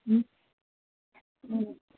اۭں اۭں